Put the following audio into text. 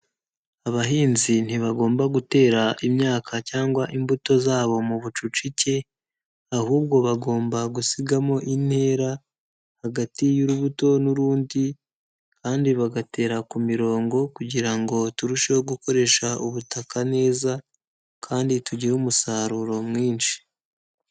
Abahinzi ntibagomba gutera imyaka cyangwa imbuto zabo mu bucucike, ahubwo bagomba gusigamo intera hagati y'urubuto n'urundi, kandi bagatera ku mirongo kugira ngo turusheho gukoresha ubutaka neza, kandi tugire umusaruro mwinshi.